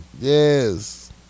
Yes